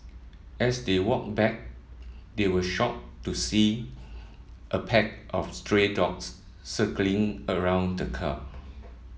as they walked back they were shocked to see a pack of stray dogs circling around the car